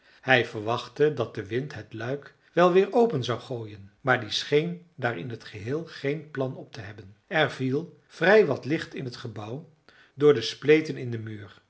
hij verwachtte dat de wind het luik wel weer open zou gooien maar die scheen daar in t geheel geen plan op te hebben er viel vrij wat licht in t gebouw door spleten in den muur